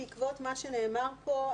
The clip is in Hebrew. בעקבות מה שנאמר פה,